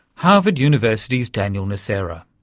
harvard university's daniel nocera.